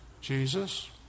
Jesus